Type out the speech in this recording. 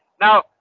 Now